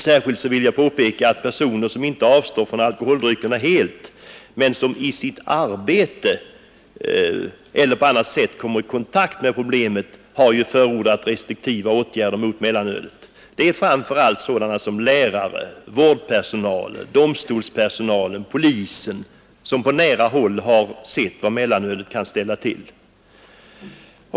Särskilt vill jag påpeka att personer som inte avstår från alkoholdryckerna helt men som i sitt arbete eller på annat sätt kommer i kontakt med problemet, har förordat restriktiva åtgärder mot mellanölet. Det är framför allt sådana som lärare, vårdpersonal, domstolspersonal och poliser som på nära håll sett vad mellanölet kan ställa till med.